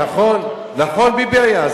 נכון, ביבי היה.